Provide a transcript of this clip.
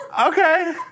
okay